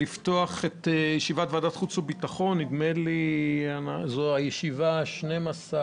לפתוח את ישיבת ועדת חוץ וביטחון, הישיבה ה-12,